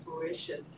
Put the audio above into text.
fruition